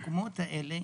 במקומות האלה,